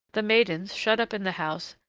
the maidens, shut up in the house,